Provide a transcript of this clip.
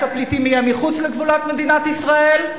הפליטים יהיה מחוץ לגבולות מדינת ישראל,